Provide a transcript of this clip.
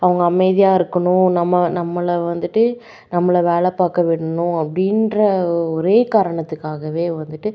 அவங்க அமைதியாக இருக்கணும் நம்ம நம்மளை வந்துட்டு நம்மளை வேலை பார்க்க விடணும் அப்படின்ற ஒரே காரணத்துக்காகவே வந்துட்டு